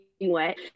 wet